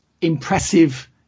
impressive